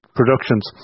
productions